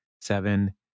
seven